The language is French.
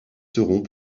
seront